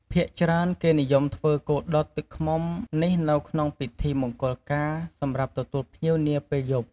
ភាគច្រើន គេនិយមធ្វើគោដុតទឹកឃ្មុំនេះនៅក្នុងកម្មពិធីមង្គលការ សម្រាប់ទទួលភ្ញៀវនាពេលយប់។